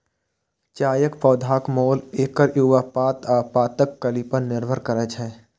चायक पौधाक मोल एकर युवा पात आ पातक कली पर निर्भर करै छै